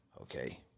okay